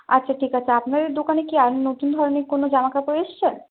আচ্ছা ঠিক আছে আপনাদের দোকানে কি আর নতুন ধরণের কোনো জামাকাপড় এসছে